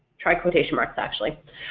try quotation marks actually.